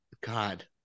god